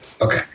okay